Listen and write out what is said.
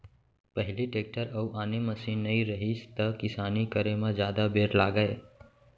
पहिली टेक्टर अउ आने मसीन नइ रहिस त किसानी करे म जादा बेर लागय